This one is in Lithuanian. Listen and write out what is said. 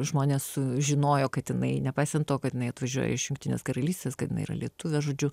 žmonės žinojo kad jinai nepaisant to kad jinai atvažiuoja iš jungtinės karalystės kad jinai lietuvė žodžiu